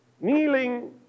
kneeling